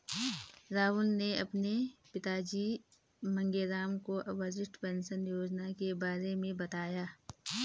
राहुल ने अपने पिताजी मांगेराम को वरिष्ठ पेंशन योजना के बारे में बताया